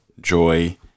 joy